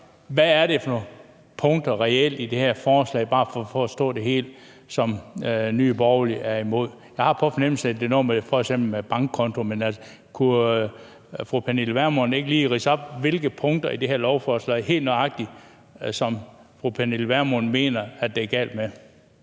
hvad det reelt er for nogle punkter i det her forslag – bare for at forstå det helt – som Nye Borgerlige er imod. Jeg har på fornemmelsen, at det f.eks. er noget med bankkontoen, men kunne fru Pernille Vermund ikke lige ridse op, hvilke punkter i det her lovforslag fru Pernille Vermund helt nøjagtig mener det er galt med